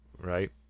Right